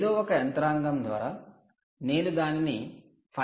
ఎదో ఒక యంత్రాంగం ద్వారా నేను దానిని 5